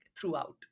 throughout